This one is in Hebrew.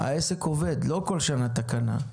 העסק עובד, לא כל שנה תקנה.